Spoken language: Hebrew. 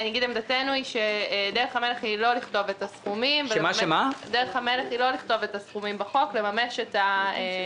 עמדתנו היא שדרך המלך היא לא לכתוב את הסכומים בחוק לממש את העברה,